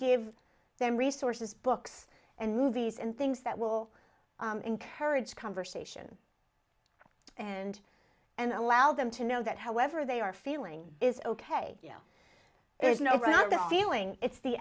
give them resources books and movies and things that will encourage conversation and and allow them to know that however they are feeling is ok there's no reason the feeling it's the